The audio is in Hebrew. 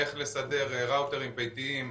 איך לסדר ראוטרים ביתיים,